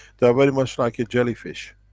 they are very much like a jellyfish,